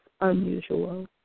unusual